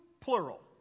plural